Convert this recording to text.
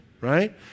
right